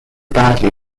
badly